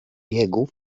biegu